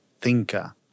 thinker